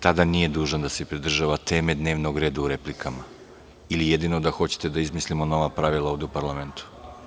Tada nije dužan da se pridržava teme dnevnog reda u replikama ili hoćete da izmislimo nova pravila ovde u parlamentu?